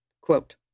quote